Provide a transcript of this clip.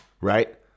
right